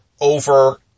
over